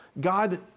God